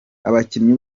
abakinyi